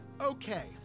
Okay